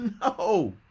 No